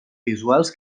visuals